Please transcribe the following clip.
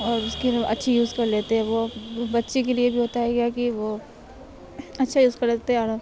اور اس کے وہ اچھی یوز کر لیتے ہیں وہ بچے کے لیے بھی ہوتا ہے کیا کہ وہ اچھا یوز کر لیتے ہیں اور